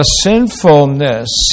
sinfulness